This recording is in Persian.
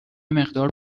مقدار